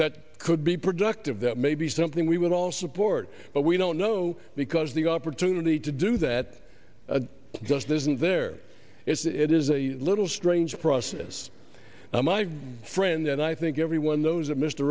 that could be productive that may be something we would all support but we don't know because the opportunity to do that just isn't there it is a little strange process now my friend and i think everyone knows that mr